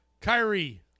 Kyrie